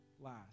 last